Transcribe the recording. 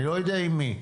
אני לא יודע עם מי,